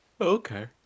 Okay